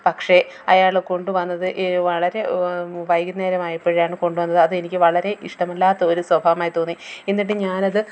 പക്ഷേ അയാൾ കൊണ്ടുവന്നത് വളരെ വൈകുന്നേരം ആയപ്പോഴാണ് കൊണ്ടു വന്നത് അത് എനിക്ക് വളരെ ഇഷ്ടമില്ലാത്ത ഒരു സ്വഭാവമായി തോന്നി എന്നിട്ട് ഞാനത്